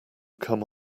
come